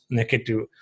negative